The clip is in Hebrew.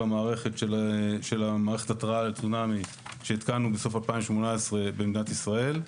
המערכת של מערכת ההתרעה לצונאמי שהתקנו בסוף 2018 במדינת ישראל,